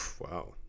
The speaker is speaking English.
wow